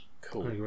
Cool